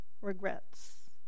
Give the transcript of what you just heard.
regrets